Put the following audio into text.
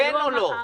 כן או לא.